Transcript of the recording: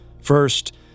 First